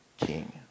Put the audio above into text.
king